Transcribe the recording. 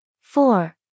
Four